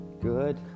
Good